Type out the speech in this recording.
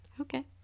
Okay